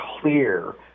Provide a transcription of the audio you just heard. clear